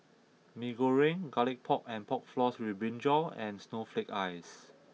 Mee Goreng Garlic Pork and Pork Floss With Brinjal and Snowflake Ice